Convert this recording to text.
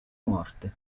morte